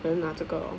then 拿这个 lor